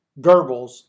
Goebbels